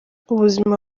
ubuzima